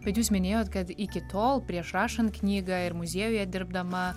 bet jūs minėjot kad iki tol prieš rašant knygą ir muziejuje dirbdama